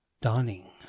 Dawning